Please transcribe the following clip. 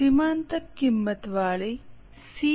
સીમાંતક કિંમતવાળી સી